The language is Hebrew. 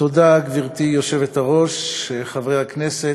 גברתי היושבת-ראש, תודה, חברי הכנסת,